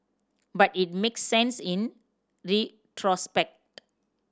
but it make sense in retrospect